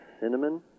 cinnamon